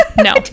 no